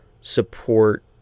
support